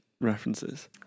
references